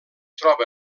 troba